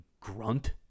grunt